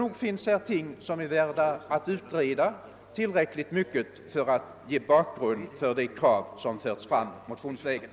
Nog finns här ting som är tillräckligt mycket värda att utreda för att ge en bakgrund till de krav som förts fram motionsvägen.